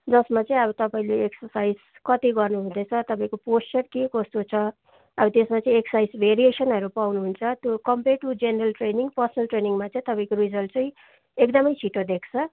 जसमा चाहिँ अब तपाईँले एक्सर्साइज कति गर्नुहुँदैछ तपाईँको पोस्चर के कस्तो छ अब त्यसमा चाहिँ एक्सर्साइज भेरिएसनहरू पाउनुहुन्छ त्यो compare to general training personal ट्रेनिङमा चाहिँ तपाईँको रिजल्ट चाहिँ एकदमै छिटो देख्छ